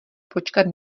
počkat